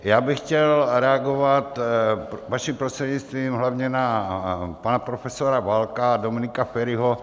Já bych chtěl reagovat, vaším prostřednictvím, hlavně na pana profesora Válka a Dominika Feriho.